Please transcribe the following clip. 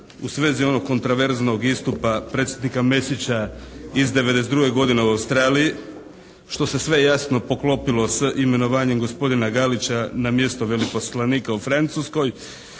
u svezi onog kontraverznog istupa predsjednika Mesića iz '92. godine u Australiji što se sve jasno poklopilo s imenovanjem gospodina Galića na mjesto veleposlanika u Francuskoj